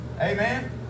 Amen